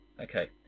Okay